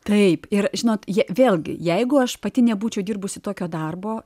taip ir žinot jie vėlgi jeigu aš pati nebūčiau dirbusi tokio darbo